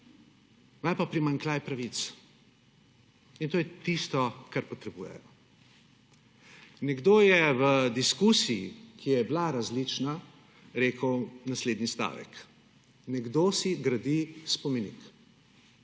imajo pa primanjkljaj pravic in to je tisto kar potrebujejo. Nekdo je v diskusiji, ki je bila različna, rekel naslednji stavek: »Nekdo si gradi spomenik.«